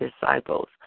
disciples